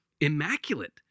Immaculate